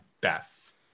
beth